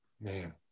Man